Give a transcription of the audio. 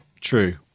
true